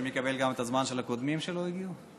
אני מקבל גם את הזמן של הקודמים שלא הגיעו?